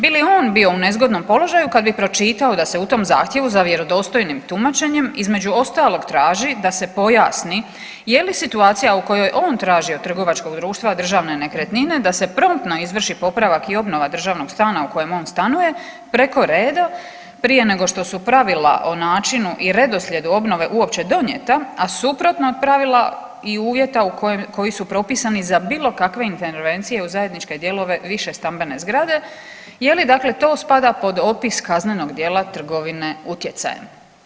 Bi li on bio u nezgodnom položaju kad bi pročitao da se u tom zahtjevu za vjerodostojnim tumačenjem, između ostalog, traži da se pojasni je li situacija u kojoj on traži od trgovačkog društva Državne nekretnine da se promptno izvrši popravak i obnova državnog stana u kojem on stanuje, preko reda, prije nego što su pravila o načinu i redoslijedu obnove uopće donijeta, a suprotno od pravila i uvjeta koji su propisani za bilo kakve intervencije u zajedničke dijelove višestambene zgrade, je li dakle to spada pod opis kaznenog djela trgovine utjecajem?